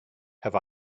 have